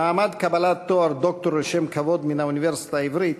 במעמד קבלת תואר דוקטור לשם כבוד מהאוניברסיטה העברית,